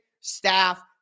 staff